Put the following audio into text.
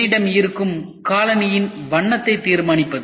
என்னிடம் இருக்கும் காலணியின் வண்ணத்தை தீர்மானிப்பது